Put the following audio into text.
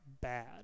bad